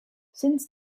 since